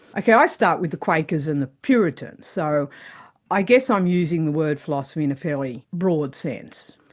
like i i start with the quakers and the puritans, so i guess i'm using the word philosophy in a fairly broad sense.